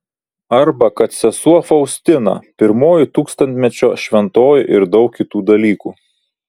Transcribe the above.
arba kad sesuo faustina pirmoji tūkstantmečio šventoji ir daug kitų dalykų